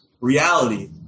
reality